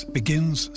begins